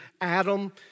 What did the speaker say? Adam